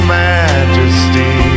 majesty